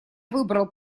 выбрал